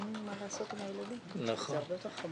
אין מה לעשות עם הילדים, זה הרבה יותר חמור מזה.